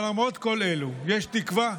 אבל למרות כל אלו יש תקווה,